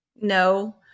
no